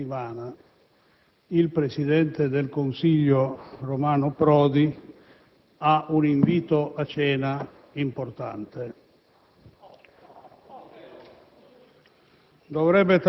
all'inizio della prossima settimana il presidente del consiglio Romano Prodi ha un invito a cena importante.